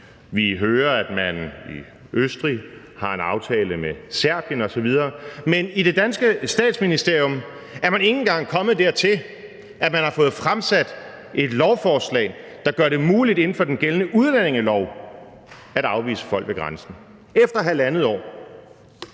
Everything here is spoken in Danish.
Vi hører, at man i Østrig har en aftale med Serbien osv., men i det danske Statsministerium er man ikke engang kommet dertil, at man har fået fremsat et lovforslag, der gør det muligt inden for den gældende udlændingelov at afvise folk ved grænsen – efter halvandet år!